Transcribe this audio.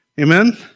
Amen